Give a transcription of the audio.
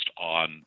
on